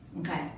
Okay